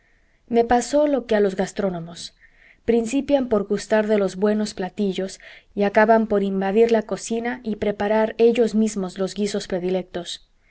me pasó lo que a los gastrónomos principian por gustar de los buenos platillos y acaban por invadir la cocina y preparar ellos mismos los guisos predilectos